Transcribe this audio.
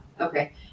Okay